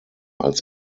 als